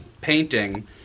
painting